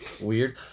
Weird